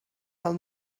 del